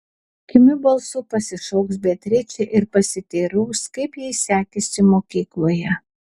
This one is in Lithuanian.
kimiu balsu pasišauks beatričę ir pasiteiraus kaip jai sekėsi mokykloje